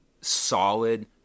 solid –